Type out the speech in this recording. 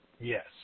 Yes